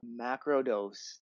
macrodose